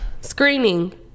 Screening